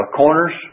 corners